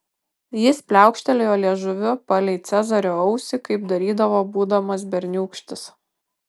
jis pliaukštelėjo liežuviu palei cezario ausį kaip darydavo būdamas berniūkštis